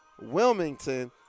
Wilmington